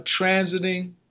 transiting